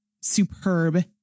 superb